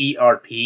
ERP